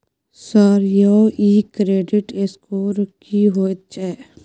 Sir यौ इ credit score की होयत छै?